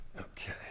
Okay